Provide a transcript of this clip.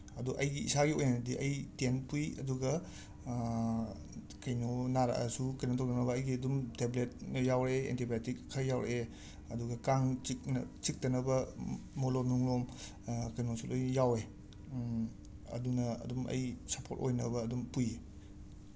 ꯑꯗꯣ ꯑꯩꯒꯤ ꯏꯁꯥꯒꯤ ꯑꯣꯏꯅꯤ ꯑꯩ ꯇꯦꯟ ꯄꯨꯏ ꯑꯗꯨꯒ ꯀꯩꯅꯣ ꯅꯥꯔꯛꯑꯁꯨ ꯀꯩꯅꯣ ꯇꯧꯅꯕ ꯑꯩꯒꯤ ꯑꯗꯨꯝ ꯇꯦꯕ꯭ꯂꯦꯠ ꯌꯥꯎꯔꯛꯑꯦ ꯑꯦꯟꯇꯤ ꯕꯥꯏꯑꯣꯇꯤꯛ ꯈꯔ ꯌꯥꯎꯔꯛꯑꯦ ꯑꯗꯨꯒ ꯀꯥꯡ ꯆꯤꯛꯇꯅꯕ ꯃꯣꯂꯣꯝ ꯅꯨꯡꯂꯣꯝ ꯀꯩꯅꯣꯁꯨ ꯂꯣꯏ ꯌꯥꯎꯋꯦ ꯑꯗꯨꯅ ꯑꯗꯨꯝ ꯑꯩ ꯁꯄꯣꯔꯠ ꯑꯣꯏꯅꯕ ꯑꯗꯨꯝ ꯄꯨꯏ